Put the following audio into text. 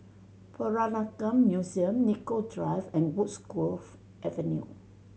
Peranakan Museum Nicoll Drive and Woodgrove Avenue